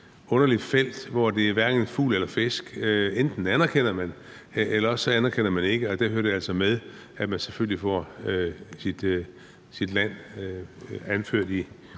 underligt felt, hvor det hverken er fugl eller fisk; enten anerkender man det, eller også gør man det ikke, og der hører det altså med, at man selvfølgelig får sit land anført i